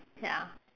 ya